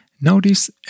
Notice